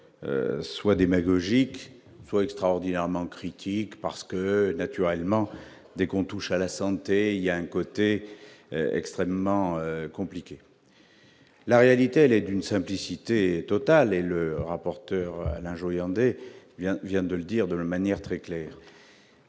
soit démagogique soit extraordinairement critique parce que naturellement, dès qu'on touche à la santé il y a un côté extrêmement compliqué, la réalité elle est d'une simplicité totale et le rapporteur Alain Joyandet bien vient de le dire de manière très claire